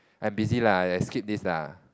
I am busy lah I skip this lah